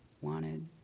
wanted